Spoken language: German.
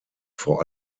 vor